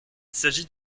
s’agit